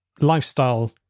lifestyle